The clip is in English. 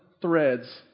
threads